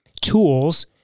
tools